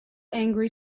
angry